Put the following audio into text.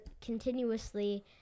continuously